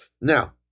Now